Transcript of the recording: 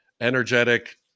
energetic